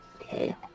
Okay